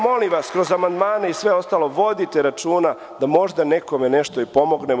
Molim vas, kroz amandmane i sve ostalo vodite računa da možda nekome nešto i pomognemo.